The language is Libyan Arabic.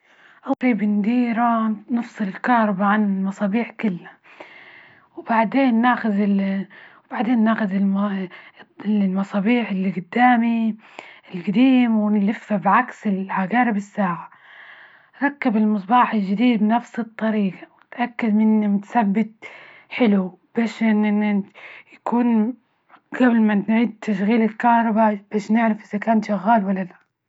أول بنديره بنفصل الكهربا عن المصابيح كلها، وبعدين ناخذ ال- وبعدين ناخذ المصابيح اللي جدامي الجديم ونلفها بعكس عقارب الساعة ركب المصباح الجديد بنفس الطريجة، وتأكد من ثبت حلو بش إن إنت يكون قبل ما نعيد تشغيل الكهرباء، بش نعرف إذا كان شغال ولا لأ.